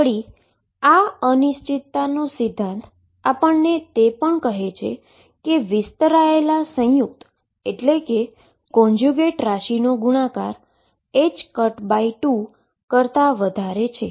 વળી આ uncertainty principle આપણને કહે છે તે છે કે વિસ્તરાયેલ સંયુક્ત એટલે કે કોંજ્યુગેટ ક્વોન્ટીટી નો ગુણાકાર 2 કરતા વધારે છે